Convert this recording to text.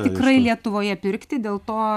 tikrai lietuvoje pirkti dėl to